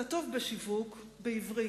אתה טוב בשיווק בעברית,